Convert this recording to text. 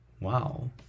wow